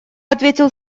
ответил